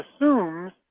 assumes